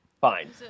fine